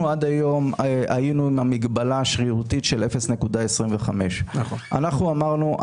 אנחנו עד היום היינו עם המגבלה השרירותית של 0.25. אנחנו אמרנו,